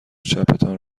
چپتان